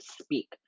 speak